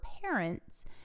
parents